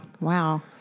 wow